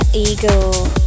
Eagle